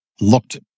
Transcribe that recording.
looked